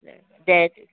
जय जय झूलेलाल